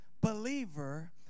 believer